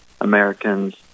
Americans